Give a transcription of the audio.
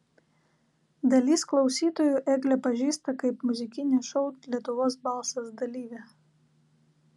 dalis klausytojų eglę pažįsta kaip muzikinio šou lietuvos balsas dalyvę